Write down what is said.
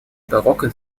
barocke